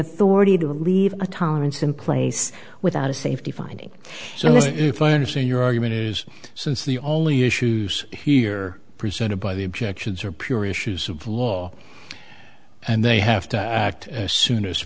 authority to leave a tolerance in place without a safety finding if i understand your argument is since the only issues here presented by the objections are pure issues of law and they have to act as soon as